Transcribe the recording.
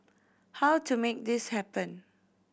how to make this happen